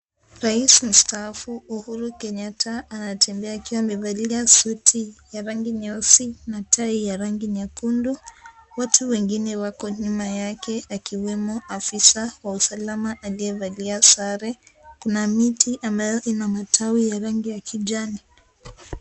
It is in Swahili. Rais mstaafu Uhuru Kenyatta anatembea akiwa amevalia suti ya rangi nyeusi, na tai ya rangi nyekundu. Watu wengine wako nyuma yake akiwemo afisa wa usalama, aliyevalia sare, kuna miti ambayo ina matawi ya rangi ya kijani.